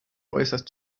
äußerst